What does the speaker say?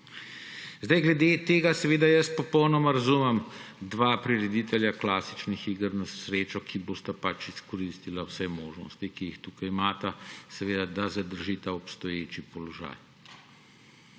Glede tega popolnoma razumem dva prireditelja klasičnih iger na srečo, ki bosta pač izkoristila vse možnosti, ki jih tukaj imata, da zadržita obstoječi položaj.